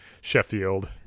Sheffield